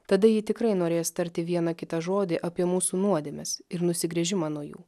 tada ji tikrai norės tarti vieną kitą žodį apie mūsų nuodėmes ir nusigręžimą nuo jų